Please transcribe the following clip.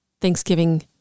Thanksgiving